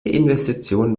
investition